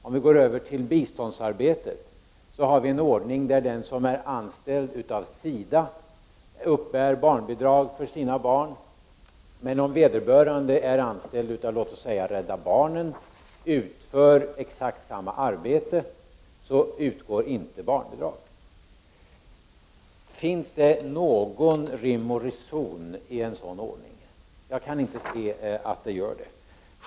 Om vi går över till biståndsarbete finner vi en ordning där den som är anställd av SIDA uppbär barnbidrag för sina barn men där den som är anställd av t.ex. Rädda barnen och utför exakt samma arbete inte får barnbidrag. Finns det någon rim och reson i en sådan ordning? Jag kan inte se att det gör det.